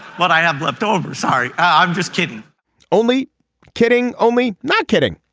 what i have left over sorry i'm just kidding only kidding only not kidding.